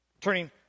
turning